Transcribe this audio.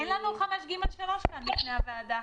אין לנו (5)(ג3) כאן בפני הוועדה.